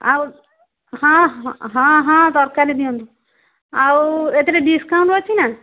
ଆଉ ହଁ ହଁ ହଁ ହଁ ତରକାରୀ ଦିଅନ୍ତୁ ଆଉ ଏଥିରେ ଡିସକାଉଣ୍ଟ ଅଛି ନା